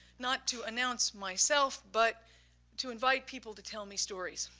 not to announce myself, but to invite people to tell me stories.